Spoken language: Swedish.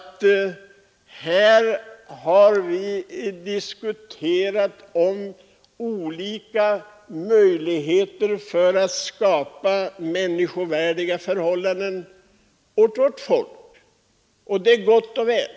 Vi har diskuterat olika möjligheter att skapa människovärdiga förhållanden för vårt folk, och det är gott och väl.